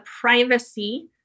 privacy